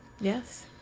Yes